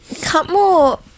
Cutmore